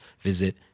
visit